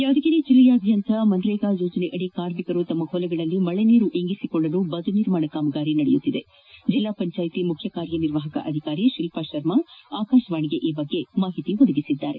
ಯಾದಗಿರಿ ಜಿಲ್ಲೆಯಾದ್ಯಂತ ಮನ್ರೇಗಾ ಯೋಜನೆಯಡಿ ಕಾರ್ಮಿಕರು ತಮ್ಮ ಹೊಲಗಳಲ್ಲಿ ಮಳಿ ನೀರು ಇಂಗಿಸಿಕೊಳ್ಳಲು ಬದು ನಿರ್ಮಾಣ ಕಾಮಗಾರಿ ನಡೆಯುತ್ತಿದೆ ಎಂದು ಜಿಲ್ಲಾ ಪಂಚಾಯಿತಿ ಮುಖ್ಯಕಾರ್ಯನಿರ್ವಾಹಕ ಅಧಿಕಾರಿ ಶಿಲ್ಪಾ ಶರ್ಮಾ ಅವರು ಆಕಾಶವಾಣಿಗೆ ತಿಳಿಸಿದ್ದಾರೆ